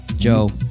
Joe